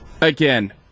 Again